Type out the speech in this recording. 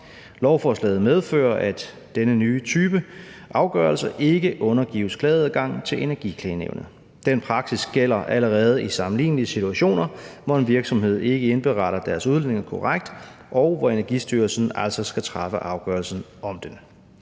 Lovforslaget medfører, at denne nye type afgørelse ikke undergives klageadgang til Energiklagenævnet. Den prasis gælder allerede i sammenlignelige situationer, hvor en virksomhed ikke indberetter deres udledning korrekt, og hvor Energistyrelsen altså skal træffe afgørelsen om det.